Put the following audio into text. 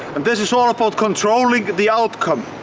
and this is all about controlling the outcome.